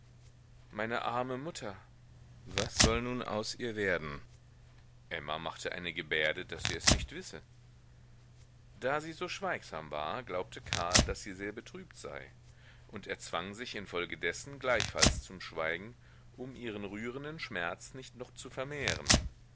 meine arme mutter was soll nun aus ihr werden emma machte eine gebärde daß sie es nicht wisse da sie so schweigsam war glaubte karl daß sie sehr betrübt sei und er zwang sich infolgedessen gleichfalls zum schweigen um ihren rührenden schmerz nicht noch zu vermehren